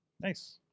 Nice